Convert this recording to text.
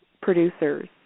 producers